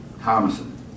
Thomason